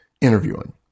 interviewing